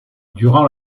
durant